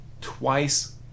twice